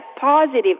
positive